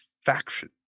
faction